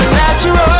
natural